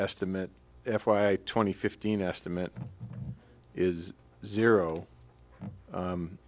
estimate f y twenty fifteen estimate is zero